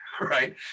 right